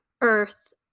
earth